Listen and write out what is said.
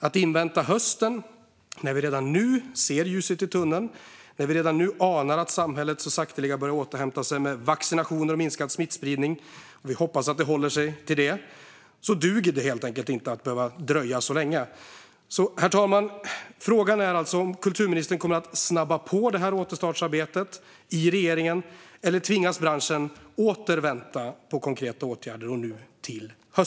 Att invänta hösten när vi redan nu ser ljuset i tunneln och anar att samhället så sakteliga börjar återhämta sig genom vaccinationer och minskad smittspridning - vi hoppas att det håller i sig - duger det inte att dröja så länge. Herr talman! Kommer kulturministern att snabba på återstartsarbetet i regeringen, eller tvingas branschen åter vänta på konkreta åtgärder, nu till i höst?